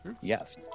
Yes